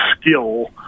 skill